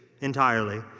entirely